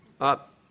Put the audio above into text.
Up